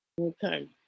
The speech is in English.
Okay